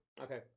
Okay